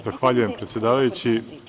Zahvaljujem, predsedavajući.